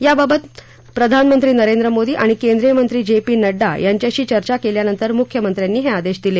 याबाबत नरेंद्र मादी आणि केंद्रीय मंत्री जे पी नड्डा यांच्याशी चर्चा केल्यानंतर मुख्यमंत्र्यांनी हे आदेश दिले